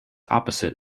opposite